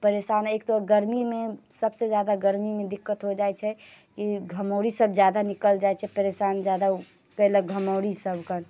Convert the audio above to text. परेशान एक तऽ गर्मीमे सभसँ ज्यादा गर्मीमे दिक्कत हो जाइत छै ई घमौरीसभ ज्यादा निकलि जाइत छै परेशान ज्यादा कयलक घमौरीसभ खन